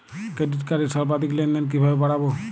Credit কার্ডের সর্বাধিক লেনদেন কিভাবে বাড়াবো?